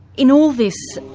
in all this,